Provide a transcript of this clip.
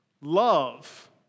love